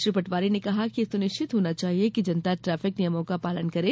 श्री पटवारी ने कहा कि यह सुनिश्चित होना चाहिए कि जनता ट्रैफिक नियमों का पालन करे